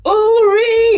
uri